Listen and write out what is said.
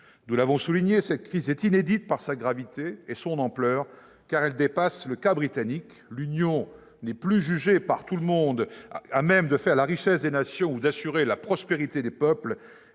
Nous l'avons souligné : cette crise est inédite par sa gravité et son ampleur, car elle dépasse le cas britannique. L'Union européenne n'est plus, aux yeux de tous, à même de faire la richesse des nations ou d'assurer la prospérité des peuples.